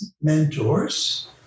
mentors